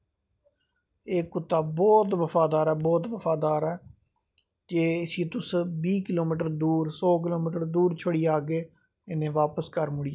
एह् कुत्ता बौह्त बफादार ऐ बौह्त बफादार ते इसी तुस बीह किलो मीटर सौ किलो मीटर दूर छोड़ी आगे इनें बापस घर मुड़ी औनां